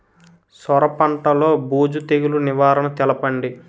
సొర పంటలో బూజు తెగులు నివారణ తెలపండి?